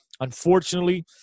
Unfortunately